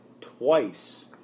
twice